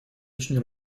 очень